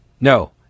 no